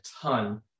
ton